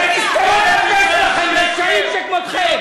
אתם תסתמו את הפה שלכם, רשעים שכמותכם.